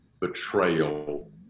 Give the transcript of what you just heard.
betrayal